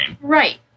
Right